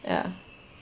ya